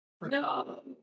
no